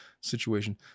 situation